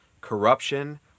Corruption